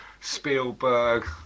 Spielberg